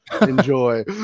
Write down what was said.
enjoy